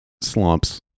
slumps